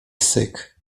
syk